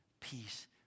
peace